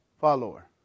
follower